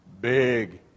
big